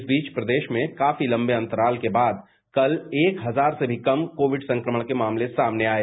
इस बीच प्रदेश में काफी लंबे अंतराल के बाद कल एक हजार से भी कम कोविड संक्रमण के मामले सामने आये